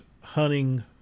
hunting